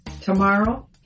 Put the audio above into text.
Tomorrow